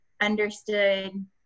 understood